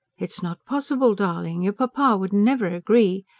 it's not possible, darling. your papa would never agree.